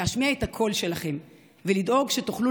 להשמיע את הקול שלכם ולדאוג שתוכלו